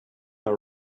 are